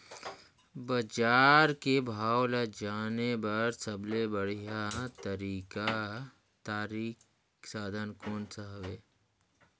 बजार के भाव ला जाने बार सबले बढ़िया तारिक साधन कोन सा हवय?